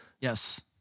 Yes